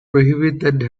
prohibited